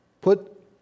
put